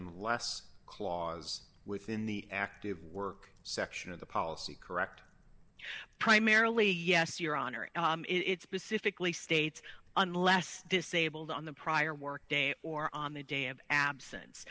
unless clause within the active work section of the policy correct primarily yes your honor it's pacifically states unless this abled on the prior work day or on the day of absence